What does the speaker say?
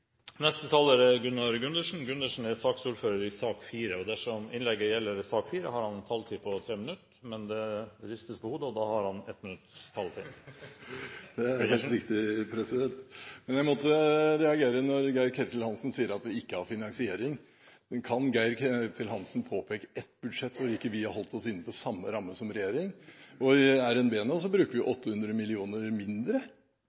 Neste taler er representanten Gunnar Gundersen. Gundersen er saksordfører i sak nr. 4, og dersom innlegget gjelder sak nr. 4, har han en taletid på 3 minutter. Det ristes på hodet, da har han 1 minutts taletid. Det er helt riktig, president. Jeg måtte reagere når Geir-Ketil Hansen sier at vi ikke har finansiering. Kan Geir-Ketil Hansen påpeke ett budsjett hvor vi ikke har holdt oss innenfor samme ramme som regjeringen? I revidert nasjonalbudsjett nå bruker vi